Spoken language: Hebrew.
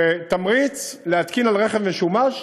בתמריץ להתקין על רכב משומש,